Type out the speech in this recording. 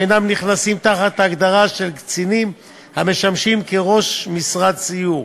ואינם נכנסים תחת ההגדרה של קצינים המשמשים כראש משרד סיור,